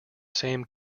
same